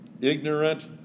ignorant